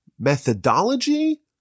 Methodology